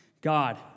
God